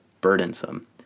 burdensome